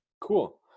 Cool